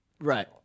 Right